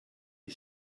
die